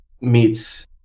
meets